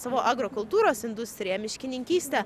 savo agrokultūros industriją miškininkystę